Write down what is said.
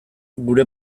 gure